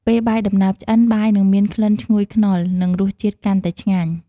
ពេលបាយដំណើបឆ្អិន បាយនិងមានក្លិនឈ្ងុយខ្នុរ និងរសជាតិកាន់តែឆ្ងាញ់។